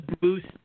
boost